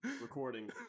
Recording